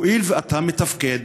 הואיל ואתה מתפקד